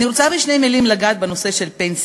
אני רוצה, בשתי מילים, לגעת בנושא הפנסיה.